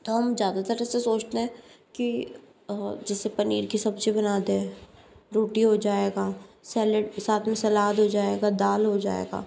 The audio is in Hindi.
तो हम ज़्यादातर ऐसा सोचते हैं कि जैसे पनीर की सब्जी बना दे रोटी हो जायेगा सेलेड साथ में सलाद हो जायेगा दाल हो जाएगा